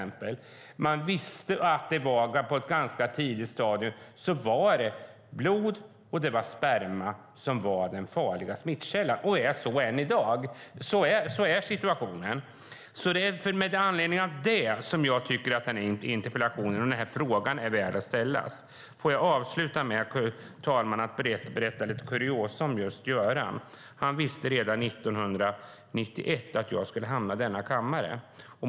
Man visste på ett ganska tidigt stadium att blod och sperma var den farliga smittkällan och är så än i dag. Så ser situationen ut. Det är med anledning av det som jag tycker att den här interpellationen är värd att ställas. Fru talman! Låt mig avsluta med att berätta lite kuriosa om just Göran. Han visste redan 1991 att jag skulle hamna i denna kammare.